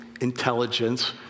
intelligence